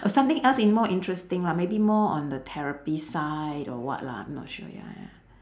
something else in~ more interesting lah maybe more on the therapist side or what lah not sure ya ya